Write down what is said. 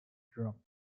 drop